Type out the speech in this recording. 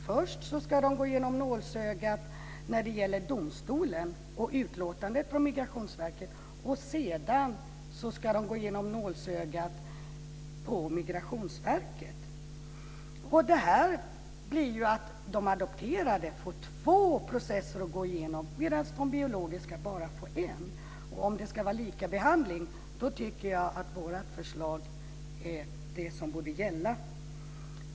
Först ska de gå igenom nålsögat när det gäller domstolen och utlåtandet från Migrationsverket. Sedan ska de gå igenom nålsögat på Migrationsverket. Det här gör ju att de adopterade får två processer att gå igenom medan de biologiska bara får en. Om det ska vara likabehandling tycker jag att vårt förslag är det som borde gälla.